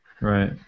Right